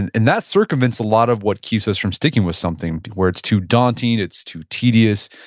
and and that circumvents a lot of what keeps us from sticking with something where it's too daunting, it's too tedious,